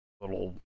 little